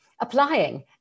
applying